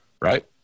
right